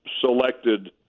selected